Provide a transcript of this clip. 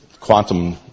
quantum